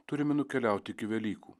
turime nukeliauti iki velykų